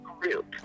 group